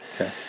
okay